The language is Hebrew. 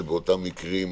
שבאותם מקרים